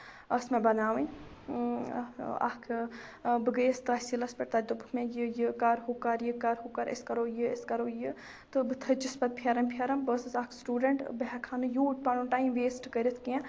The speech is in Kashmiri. ٲسۍ مےٚ بَناوٕنۍ اکھ بہٕ گٔیس تحسیٖلَس پٮ۪ٹھ تَتہِ دوٚپُکھ مےٚ یہِ یہِ کر ہُہ کر یہِ کر أسۍ کرو یہِ أسۍ کَرو یہِ تہٕ بہٕ تھٔچِس پَتہٕ پھیران پھیران بہٕ ٲسٕس اکھ سٹوٗڈنٹ بہٕ ہٮ۪کہٕ ہا نہٕ یوٗت پَنُن ٹایم ویسٹ کٔرِتھ کیٚنٛہہ